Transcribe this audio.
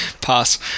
Pass